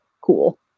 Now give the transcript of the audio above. cool